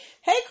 Hey